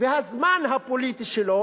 והזמן הפוליטי שלו